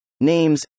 names